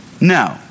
No